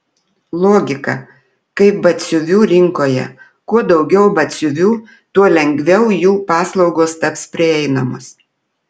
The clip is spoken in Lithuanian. logika kaip batsiuvių rinkoje kuo daugiau batsiuvių tuo lengviau jų paslaugos taps prieinamos